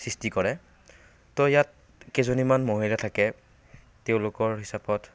সৃষ্টি কৰে ত' ইয়াত কেইজনীমান মহিলা থাকে তেওঁলোকৰ হিচাপত